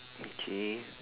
okay